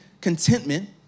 contentment